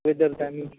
weather दामी छ